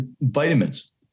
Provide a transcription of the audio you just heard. vitamins